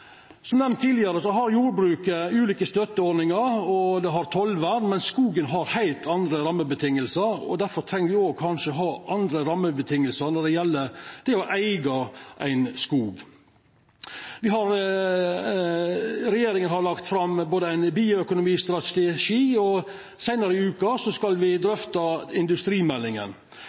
Som nemnt tidlegare har jordbruket ulike støtteordningar og tollvern, men skogen har heilt andre rammevilkår, og difor treng me òg kanskje å ha andre rammevilkår når det gjeld det å eiga ein skog. Regjeringa har lagt fram ein bioøkonomistrategi, og seinare i veka skal me drøfta industrimeldinga.